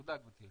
תודה, גברתי.